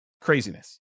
Craziness